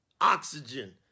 oxygen